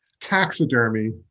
taxidermy